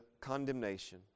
condemnation